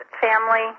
family